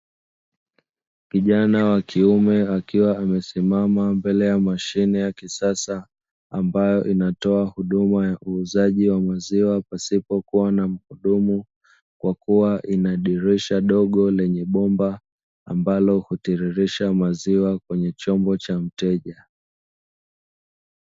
Kijana wa kiume akiwa amesimama mbele ya mashine ya kisasa, ambayo inatoa huduma ya uuzaji wa maziwa pasipokuwa na muhudumu kwa kuwa lina dirisha dogo lenye bomba ambalo hutiririsha maziwa kwenye chombo cha mteja.